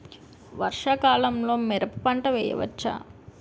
వర్షాకాలంలో మిరప పంట వేయవచ్చా?